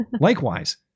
likewise